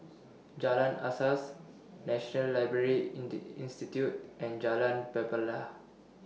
Jalan Asas National Library Institute and Jalan Pelepah